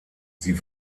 sie